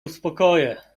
uspokoję